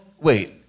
wait